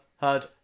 heard